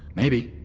maybe